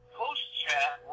post-chat